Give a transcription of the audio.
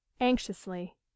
anxiously